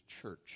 church